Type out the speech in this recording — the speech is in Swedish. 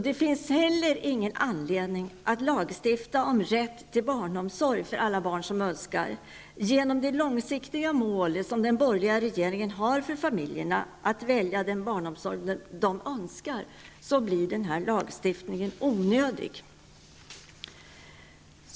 Det finns heller ingen anledning att lagstifta om rätt till barnomsorg för alla som önskar. Genom de långsiktiga mål som den borgerliga regeringen har för familjerna att välja den barnomsorg de önskar blir den lagstiftningen onödig.